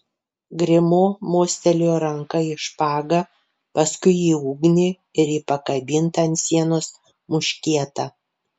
grimo mostelėjo ranka į špagą paskui į ugnį ir į pakabintą ant sienos muškietą